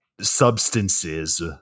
substances